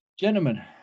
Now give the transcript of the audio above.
gentlemen